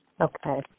Okay